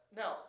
now